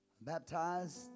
baptized